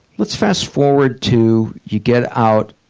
let's fast-forward to you get out,